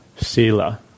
sila